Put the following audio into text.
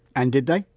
and did they?